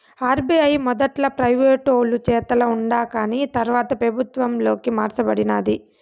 RBI మొదట్ల ప్రైవేటోలు చేతల ఉండాకాని తర్వాత పెబుత్వంలోకి మార్స బడినాది